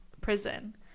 prison